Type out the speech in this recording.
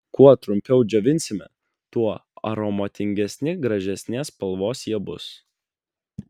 kuo trumpiau džiovinsime tuo aromatingesni gražesnės spalvos jie bus